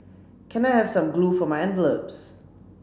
can I have some glue for my envelopes